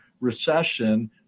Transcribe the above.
recession